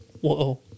Whoa